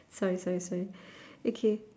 sorry sorry sorry okay